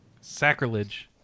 Sacrilege